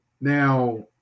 Now